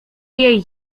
jej